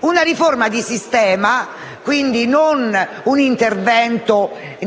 una riforma di sistema, quindi non un intervento di